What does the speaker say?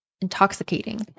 intoxicating